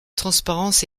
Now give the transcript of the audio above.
transparence